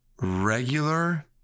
regular